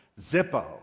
Zippo